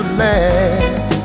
land